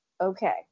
okay